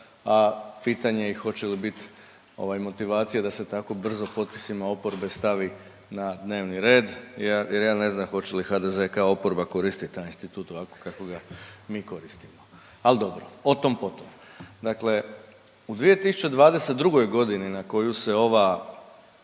a pitanje i hoće li biti ovaj, motivacije da se tako brzo potpisima oporbe stavi na dnevni red jer ja ne znam hoće li HDZ kao oporba koristiti taj institut ovako kako ga mi koristimo. Ali dobro. O tom potom. Dakle u 2022. g. na koju se ova,